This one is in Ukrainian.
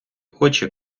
очі